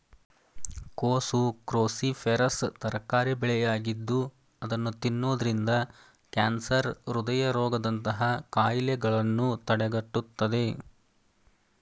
ಕೋಸು ಕ್ರೋಸಿಫೆರಸ್ ತರಕಾರಿ ಬೆಳೆಯಾಗಿದ್ದು ಅದನ್ನು ತಿನ್ನೋದ್ರಿಂದ ಕ್ಯಾನ್ಸರ್, ಹೃದಯ ರೋಗದಂತಹ ಕಾಯಿಲೆಗಳನ್ನು ತಡೆಗಟ್ಟುತ್ತದೆ